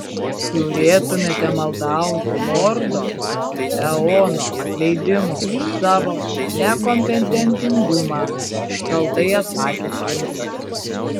turėtumėte maldauti lordo eono atleidimo už savo nekompetentingumą šaltai atsakė princas